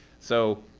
so